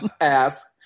Ask